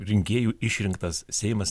rinkėjų išrinktas seimas